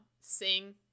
sing